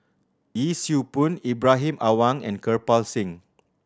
Yee Siew Pun Ibrahim Awang and Kirpal Singh